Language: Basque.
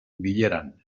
bileran